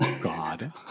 God